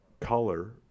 color